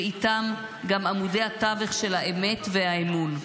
ואיתם גם עמודי התווך של האמת והאמון.